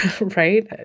Right